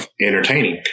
entertaining